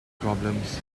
problems